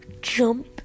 jump